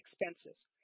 expenses